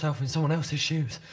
ah in someone else's shoes.